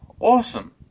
awesome